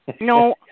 No